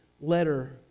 letter